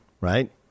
right